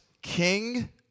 King